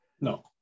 no